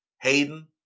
Hayden